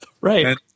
right